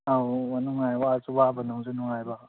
ꯑꯧ ꯋꯥꯅꯨꯡꯉꯥꯏ ꯋꯥꯁꯨ ꯋꯥꯕ ꯅꯨꯡꯁꯨ ꯅꯨꯡꯉꯥꯏꯕ